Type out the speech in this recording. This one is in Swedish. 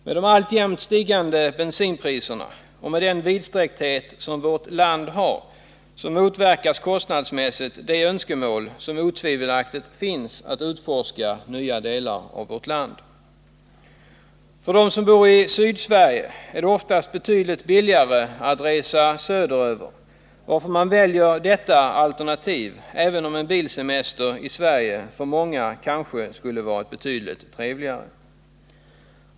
På grund av de stigande bensinpriserna och vårt lands vidsträckthet motverkas kostnadsmässigt det önskemål som otvivelaktigt finns att utforska nya delar av vårt land. För dem som bor i Sydsverige är det ofta betydligt billigare att resa söderut, varför detta alternativ väljs, även om en bilsemester i Sverige för många kanske skulle ha varit betydligt trevligare.